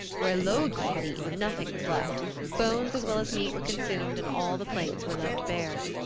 where logi had eaten, nothing was left bones as well as meat were consumed, and all the plates were left bare.